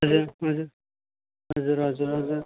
हजुर हजुर हजुर हजुर